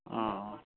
ᱚᱻ